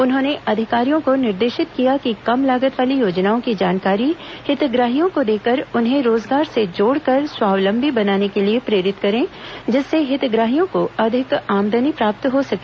उन्होंने अधिकारियों को निर्देशित किया कि कम लागत वाली योजनाओं की जानकारी हितग्राहियों को देकर उन्हें रोजगार से जोड़कर स्वावलंबी बनाने के लिए प्रेरित करें जिससे हितग्राहियों को अधिक आमदनी प्राप्त हो सके